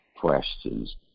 questions